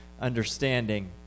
understanding